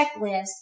checklist